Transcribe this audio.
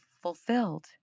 fulfilled